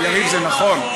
יריב, זה נכון.